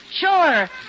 Sure